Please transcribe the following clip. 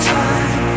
time